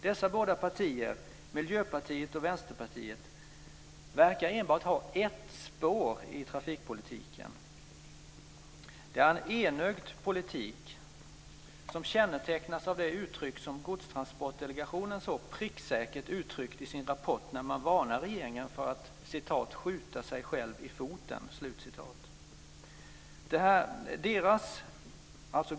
Dessa båda partier, Miljöpartiet och Vänsterpartiet, verkar ha enbart ett spår i trafikpolitiken. Det är en enögd politik som kännetecknas av det uttryck som Godstransportdelegationen så pricksäkert uttryckt i sin rapport när man varnar regeringen för att "skjuta sig själv i foten".